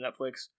Netflix